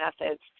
methods